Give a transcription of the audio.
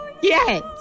Yes